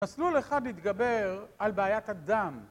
מסלול אחד להתגבר על בעיית הדם.